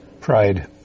Pride